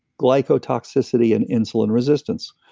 glycotoxicity and insulin resistance.